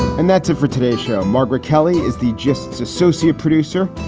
and that's it for today show, margaret kelly is the gists associate producer.